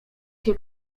się